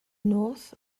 north